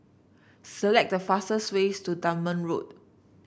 select the fastest ways to Dunman Road